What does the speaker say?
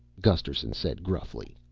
gusterson said gruffly.